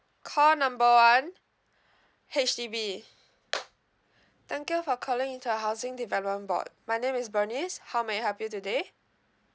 call number one H_D_B thank you for calling into a housing development board my name is bernice how may I help you today